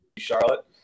Charlotte